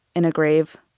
in a grave.